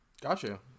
Gotcha